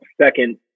second